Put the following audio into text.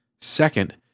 Second